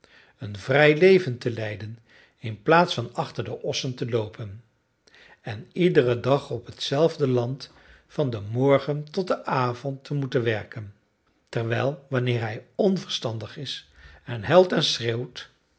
een vrij leven te leiden in plaats van achter de ossen te loopen en iederen dag op hetzelfde land van den morgen tot den avond te moeten werken terwijl wanneer hij onverstandig is en huilt en schreeuwt